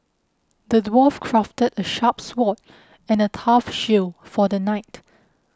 the dwarf crafted a sharp sword and a tough shield for the knight